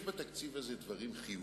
יש בתקציב הזה דברים חיוביים,